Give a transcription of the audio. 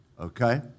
okay